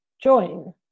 join